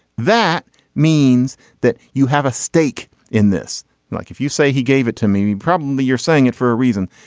that means that you have a stake in this like if you say he gave it to me me probably you're saying it for a reason.